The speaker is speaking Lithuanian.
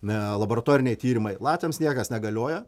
na laboratoriniai tyrimai latviams niekas negalioja